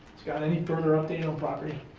scott any further update on property?